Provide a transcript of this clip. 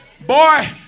Boy